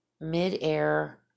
midair